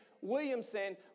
Williamson